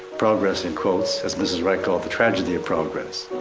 progress in course as mrs. wright called the tragedy of progress.